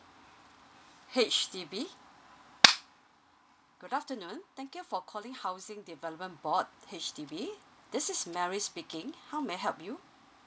H_D_B good afternoon thank you for calling housing development board H_D_B this is mary speaking how may I help you